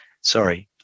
Sorry